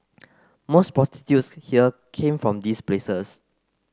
most prostitutes here came from these places